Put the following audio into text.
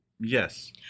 Yes